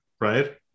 right